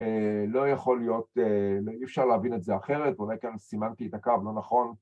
‫לא יכול להיות... ‫אי אפשר להבין את זה אחרת. ‫אולי כאן סימנתי את הקו, לא נכון.